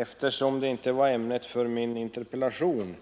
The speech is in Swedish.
Eftersom det inte var ämnet för min interpellation,